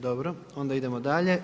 Dobro, onda idemo dalje.